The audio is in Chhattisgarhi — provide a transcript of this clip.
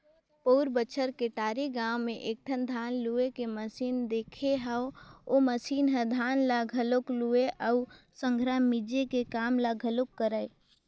पउर बच्छर टेकारी गाँव में एकठन धान लूए के मसीन देखे हंव ओ मसीन ह धान ल घलोक लुवय अउ संघरा मिंजे के काम ल घलोक करय